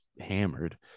hammered